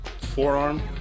forearm